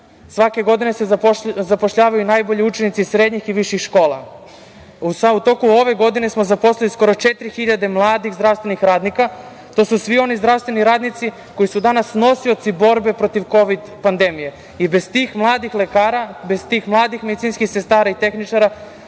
svake godine se zapošljavaju najbolji učenici srednjih i viših škola. Samo u toku ove godine smo zaposlili skoro četiri hiljade mladih zdravstvenih radnika. To su svi oni zdravstveni radnici koji su danas nosioci borbe protiv kovid pandemije i bez tih mladih lekara, bez tih mladih medicinskih sestara i tehničara